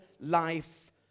life